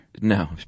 No